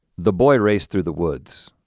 the boy raced through the woods,